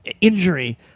injury